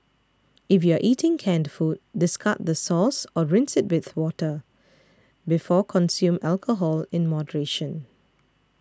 if you are eating canned food discard the sauce or rinse it with water before Consume alcohol in moderation